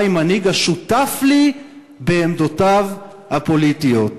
עם מנהיג השותף לי בעמדותיו הפוליטיות".